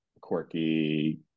quirky